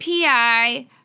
PI